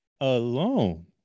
alone